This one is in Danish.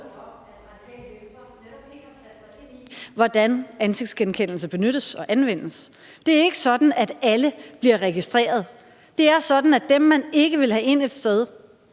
hvordan ansigtsgenkendelse benyttes og anvendes. Det er ikke sådan, at alle bliver registreret. Det er sådan, at dem, man ikke vil have ind et sted,